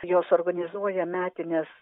jos organizuoja metines